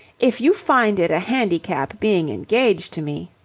if you find it a handicap being engaged to me.